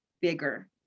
bigger